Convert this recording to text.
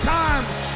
times